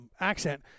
accent